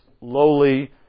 lowly